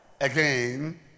Again